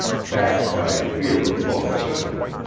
backed by fear of public sentiment,